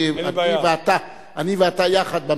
אני ואתה יחד, אין לי בעיה.